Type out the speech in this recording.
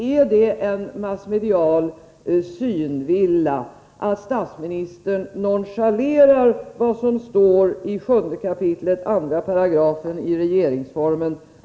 Är det en massmedial synvilla att statsministern nonchalerar vad som står i 7 kap. 2 § i regeringsformen?